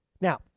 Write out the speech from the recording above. Now